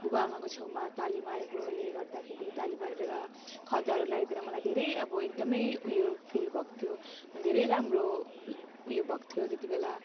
बुबाआमाको छेउमा ताली मारेकोले गर्दाखेरि ताली मारेर खदाहरू लगाइदिएर मलाई धेरै अब एकदमै उयो फिल भएको थियो धेरै राम्रो उयो भएको थियो त्यति बेला